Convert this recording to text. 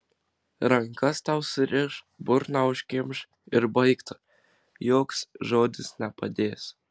rankas tau suriš burną užkimš ir baigta joks žodis nepadės